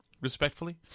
respectfully